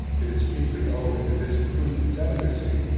it is chiefly owing to this prudent delicacy,